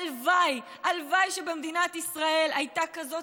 הלוואי, הלוואי שבמדינת ישראל הייתה כזאת